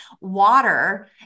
water